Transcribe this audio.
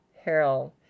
Harold